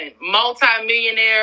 multi-millionaire